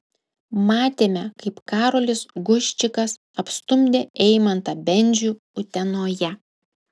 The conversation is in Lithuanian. matėme kaip karolis guščikas apstumdė eimantą bendžių utenoje